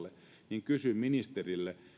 niin kysyn ministeriltä